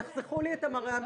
תחסכו לי את המראה המגוחך הזה.